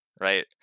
right